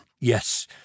Yes